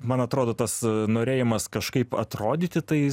man atrodo tas norėjimas kažkaip atrodyti tai